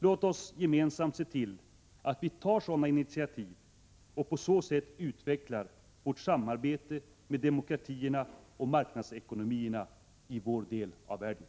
Låt oss gemensamt se till att vi tar sådana initiativ och på så sätt utvecklar vårt samarbete med demokratierna och marknadsekonomierna i vår del av världen.